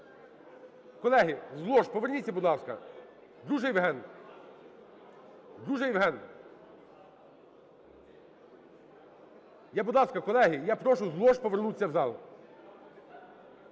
Колеги, з лож поверніться, будь ласка. Друже Євген! Друже Євген! Я, будь ласка, колеги, я прошу з лож повернутися в зал.